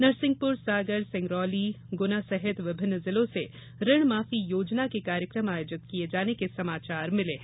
नरसिंहपुर सागर सिंगरौली गुना सहित विभिन्न जिलों से ऋणमाफी योजना के कार्यक्रम आयोजित किये जाने के समाचार मिले हैं